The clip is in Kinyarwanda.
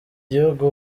gihugu